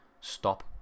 stop